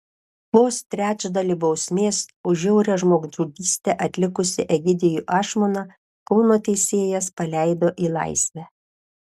vos trečdalį bausmės už žiaurią žmogžudystę atlikusį egidijų ašmoną kauno teisėjas paleido į laisvę